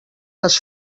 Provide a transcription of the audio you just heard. les